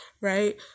right